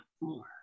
more